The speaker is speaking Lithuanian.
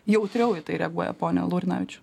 jautriau į tai reaguoja pone laurinavičiau